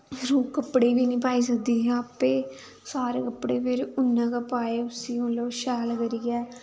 ओह् कपड़े बी नी पाई सकदी ही आपै सारे कपड़े फिर उन्नै गै पोआए उसी मतलब शैल करियै